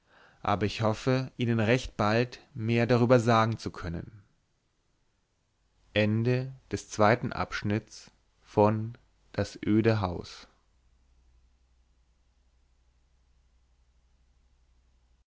aber ich hoffe ihnen recht bald mehr darüber sagen zu können